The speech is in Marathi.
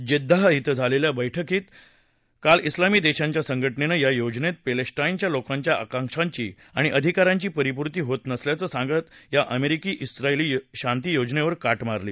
जेद्दाह ििं झालेल्या बैठकीत काल उलामी देशांच्या संघटनेनं या योजनेत पॅलेस्टाईनच्या लोकांच्या आकांक्षांची आणि अधिकारांची परिपूर्ती होत नसल्याचं सांगत या अमेरिकी झायली शांतियोजनेवर काट मारली